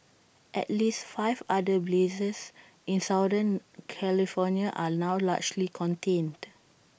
at least five other blazes in southern California are now largely contained